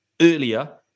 earlier